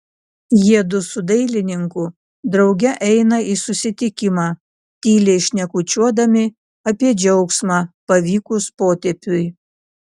jiedu su dailininku drauge eina į susitikimą tyliai šnekučiuodami apie džiaugsmą pavykus potėpiui